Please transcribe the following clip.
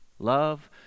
Love